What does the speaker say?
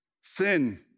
Sin